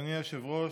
אדוני היושב-ראש,